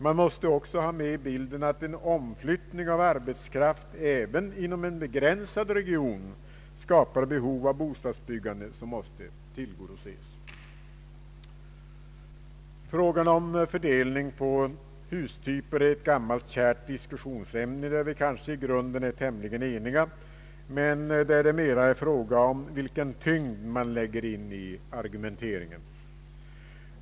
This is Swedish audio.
Man måste också ha med i bilden att omflyttning av arbetskraft även inom en begränsad region skapar behov av bostadsbyggande som måste tillgodoses. Fördelningen på hustyper är ett gammalt kärt diskussionsämne. Vi är kanske i grunden tämligen eniga, och det är mera frågan om vilken tyngd man lägger in i argumenteringen.